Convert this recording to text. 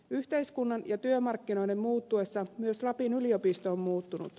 yhteiskunnan ja työmarkkinoiden muuttuessa myös lapin yliopisto on muuttunut